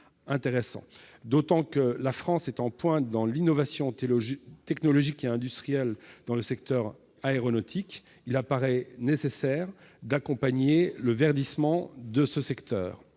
2050 et que la France est en pointe dans l'innovation technologique et industrielle dans le secteur aérien, il paraît nécessaire d'accompagner le verdissement de ce dernier.